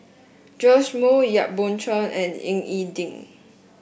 Joash Moo Yap Boon Chuan and Ying E Ding